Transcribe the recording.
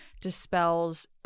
dispels